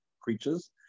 creatures